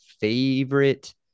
favorite